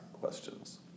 questions